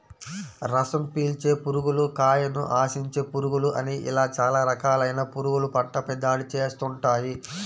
రసం పీల్చే పురుగులు, కాయను ఆశించే పురుగులు అని ఇలా చాలా రకాలైన పురుగులు పంటపై దాడి చేస్తుంటాయి